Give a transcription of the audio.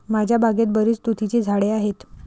माझ्या बागेत बरीच तुतीची झाडे आहेत